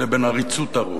לבין עריצות הרוב.